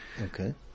Okay